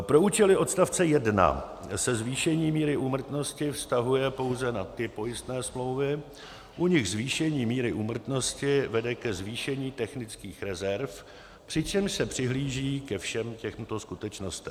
Pro účely odstavce 1 se zvýšení míry úmrtnosti vztahuje pouze na ty pojistné smlouvy, u nichž zvýšení míry úmrtnosti vede ke zvýšení technických rezerv, přičemž se přihlíží ke všem těmto skutečnostem: